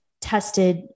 tested